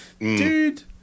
Dude